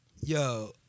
Yo